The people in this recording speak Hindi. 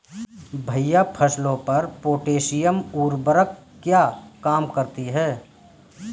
भैया फसलों पर पोटैशियम उर्वरक क्या काम करती है?